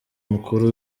mukuru